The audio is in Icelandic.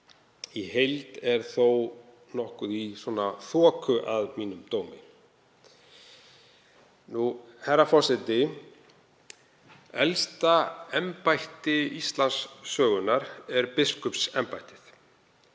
í heild er þó nokkuð í þoku að mínum dómi. Herra forseti. Elsta embætti Íslandssögunnar er biskupsembættið.